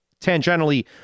tangentially